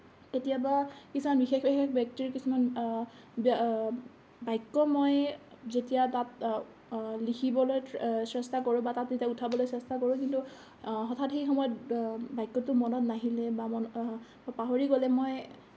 কেতিয়াবা কিছুমান বিশেষ বিশেষ ব্যক্তিৰ কিছুমান বাক্য মই যেতিয়া তাত লিখিবলৈ চেষ্টা কৰোঁ বা তাত যেতিয়া উঠাবলৈ চেষ্টা কৰোঁ কিন্তু হঠাৎ সেই সময়ত বাক্যটো মনত নাহিলে বা পাহৰি গ'লে মই